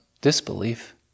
disbelief